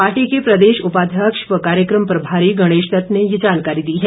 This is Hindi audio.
पार्टी के प्रदेश उपाध्यक्ष व कार्यक्रम प्रभारी गणेश दत्त ने यह जानकारी दी है